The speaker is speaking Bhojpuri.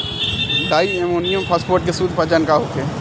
डाइ अमोनियम फास्फेट के शुद्ध पहचान का होखे?